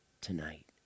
tonight